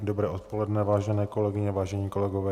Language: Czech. Dobré odpoledne, vážené kolegyně, vážení kolegové.